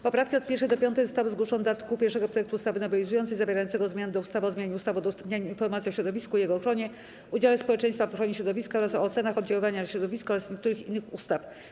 Poprawki od 1. do 5. zostały zgłoszone do art. 1 projektu ustawy nowelizującej zawierającego zmiany w ustawie o zmianie ustawy o udostępnianiu informacji o środowisku i jego ochronie, udziale społeczeństwa w ochronie środowiska oraz o ocenach oddziaływania na środowisko oraz niektórych innych ustaw.